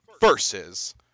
versus